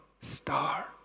star